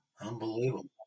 Unbelievable